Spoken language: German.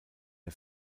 der